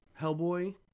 Hellboy